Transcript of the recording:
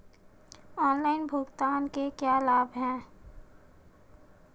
Online भुगतान के क्या लाभ हैं?